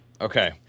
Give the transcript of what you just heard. Okay